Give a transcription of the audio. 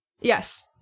Yes